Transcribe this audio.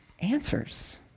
answers